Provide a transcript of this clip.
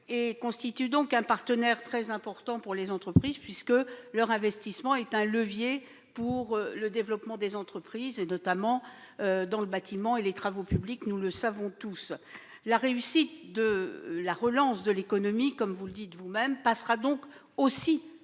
et constituent donc un partenaire très important pour les entreprises puisque leur investissement est un levier pour le développement de celles-ci, notamment dans le secteur du bâtiment et des travaux publics, comme nous le savons tous. La réussite de la relance de l'économie, comme vous le dites vous-même, passera donc aussi